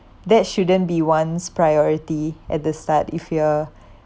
that shouldn't be one's priority at the start if you're